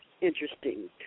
interesting